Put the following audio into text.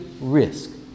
risk